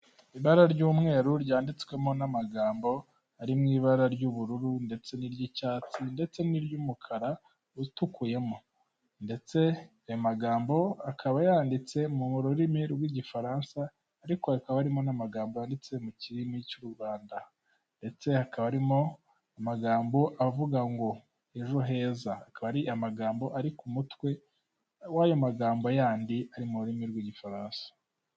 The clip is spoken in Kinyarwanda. Ibara ry'umweru ryanditswemo n'amagambo ari mu ibara ry'ubururu ndetse n'iry'icyatsi ndetse n'iry'umukara utukuyemo, ndetse aya magambo akaba yanditse mu rurimi rw'igifaransa, ariko akaba arimo n'amagambo yanditse mu kirimi cy'U Rwanda, ndetse hakaba harimo amagambo avuga ngo” ejo heza “ akaba ar’amagambo ari ku mutwe w'ayo magambo yandi ari mu rurimi rw'igifaransa.